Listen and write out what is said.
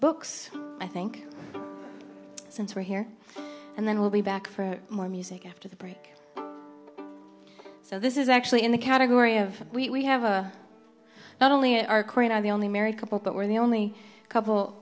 books i think since we're here and then we'll be back for more music after the break so this is actually in the category of we have a not only our current i'm the only married couple but we're the only couple